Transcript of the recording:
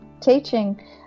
teaching